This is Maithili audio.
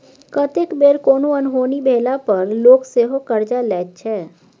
कतेक बेर कोनो अनहोनी भेला पर लोक सेहो करजा लैत छै